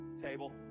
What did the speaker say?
table